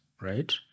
right